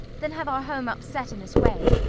than have our home upset in this way.